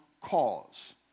cause